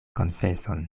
konfeson